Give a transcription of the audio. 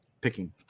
picking